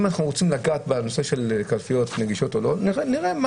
אם אנחנו רוצים לגעת בנושא של קלפיות נגישות נראה מה